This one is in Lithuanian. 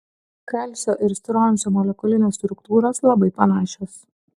kalcio ir stroncio molekulinės struktūros labai panašios